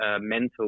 mental